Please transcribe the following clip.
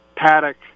Paddock